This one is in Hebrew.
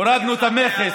הורדנו את המכס,